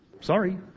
sorry